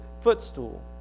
footstool